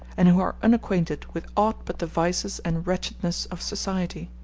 and who are unacquainted with aught but the vices and wretchedness of society.